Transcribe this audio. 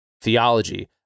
theology